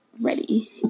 ready